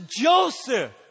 Joseph